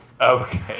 Okay